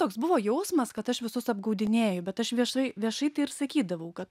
toks buvo jausmas kad aš visus apgaudinėju bet aš viešai viešai tai ir sakydavau kad